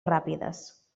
ràpides